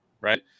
right